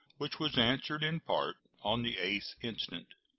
which was answered in part on the eighth instant.